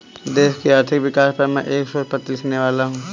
देश की आर्थिक विकास पर मैं एक शोध पत्र लिखने वाला हूँ